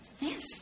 Yes